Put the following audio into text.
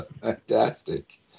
fantastic